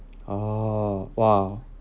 oh !wah!